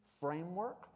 Framework